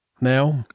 now